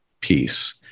piece